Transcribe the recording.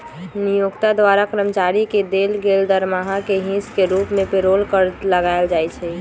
नियोक्ता द्वारा कर्मचारी के देल गेल दरमाहा के हिस के रूप में पेरोल कर लगायल जाइ छइ